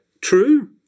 true